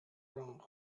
wrong